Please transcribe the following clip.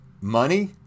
money